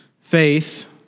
faith